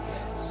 Yes